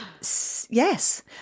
yes